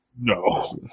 No